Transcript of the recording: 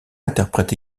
interprète